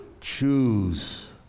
Choose